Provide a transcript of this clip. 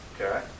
Okay